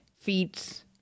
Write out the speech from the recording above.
feats